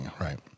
right